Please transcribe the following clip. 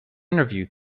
interview